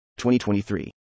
2023